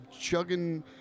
chugging